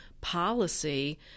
policy